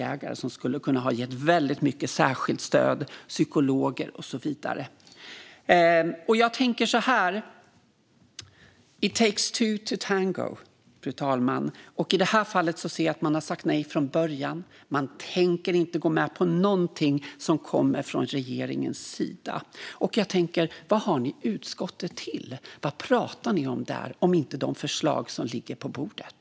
Det är pengar som skulle kunna ha gett väldigt mycket särskilt stöd, psykologer och så vidare. Jag tänker så här, fru talman: It takes two to tango. I det här fallet ser jag att man har sagt nej från början. Man tänker inte gå med på någonting som kommer från regeringens sida. Jag tänker också: Vad har ni utskottet till, Lars Hjälmered? Vad pratar ni om där om det inte är de förslag som ligger på bordet?